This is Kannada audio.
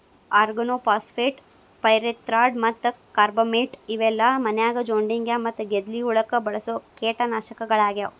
ಆರ್ಗನೋಫಾಸ್ಫೇಟ್, ಪೈರೆಥ್ರಾಯ್ಡ್ ಮತ್ತ ಕಾರ್ಬಮೇಟ್ ಇವೆಲ್ಲ ಮನ್ಯಾಗ ಜೊಂಡಿಗ್ಯಾ ಮತ್ತ ಗೆದ್ಲಿ ಹುಳಕ್ಕ ಬಳಸೋ ಕೇಟನಾಶಕಗಳಾಗ್ಯಾವ